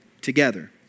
together